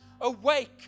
awake